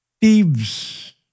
thieves